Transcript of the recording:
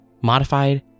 modified